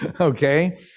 Okay